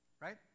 right